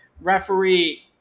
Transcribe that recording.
referee